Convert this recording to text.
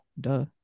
Duh